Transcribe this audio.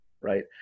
right